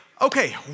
Okay